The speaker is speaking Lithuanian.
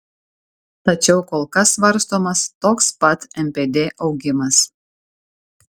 tačiau kol kas svarstomas toks pat npd augimas